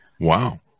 Wow